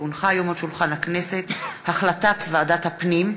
כי הונחה היום על שולחן הכנסת החלטת ועדת הפנים בדבר